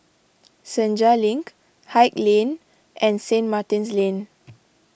Senja Link Haig Lane and St Martin's Lane